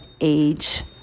age